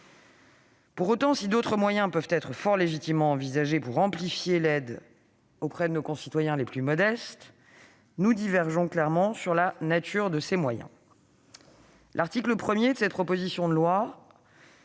Pour autant, si d'autres moyens peuvent être fort légitimement envisagés pour amplifier l'aide à nos concitoyens les plus modestes, nous divergeons clairement sur la nature de ces moyens. L'article 1 de la proposition de loi